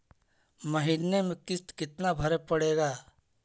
महीने में किस्त कितना भरें पड़ेगा?